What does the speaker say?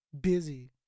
busy